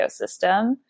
ecosystem